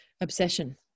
obsession